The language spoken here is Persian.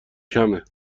کمه